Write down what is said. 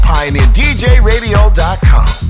PioneerDJRadio.com